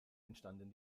entstanden